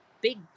big